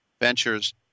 Ventures